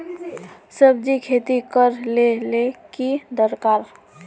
सब्जी खेती करले ले की दरकार?